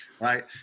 right